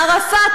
ערפאת,